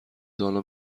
دانا